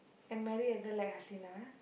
and marry a girl like Hasina